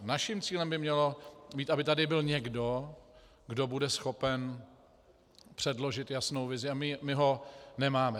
Naším cílem by mělo být, aby tady byl někdo, kdo bude schopen předložit jasnou vizi, a my ho nemáme.